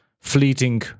fleeting